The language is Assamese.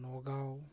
নগাঁও